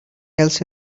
else